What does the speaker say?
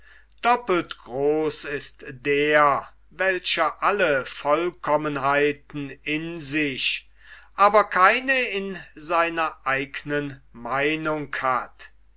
doppelt groß ist der welcher alle vollkommenheiten in sich aber keine in seiner eigenen meinung hat